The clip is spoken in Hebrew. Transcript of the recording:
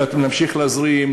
להמשיך להזרים,